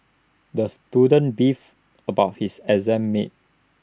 the student beefed about his exam mates